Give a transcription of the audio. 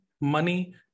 money